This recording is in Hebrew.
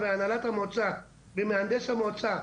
הנהלת המועצה ומהנדס המועצה,